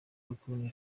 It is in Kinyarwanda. cycling